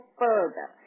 further